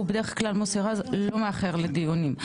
הוא בדרך כלל מוסי רז לא מאחר לדיונים.